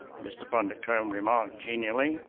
mr. bundercombe remarked genially,